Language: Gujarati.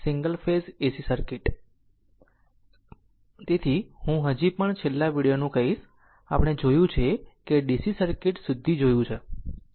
તેથી હું હજી પણ છેલ્લા વિડિઓ નું કહીશ આપણે જોયું છે કે આપણે DC સર્કિટ સુધી જોયું છે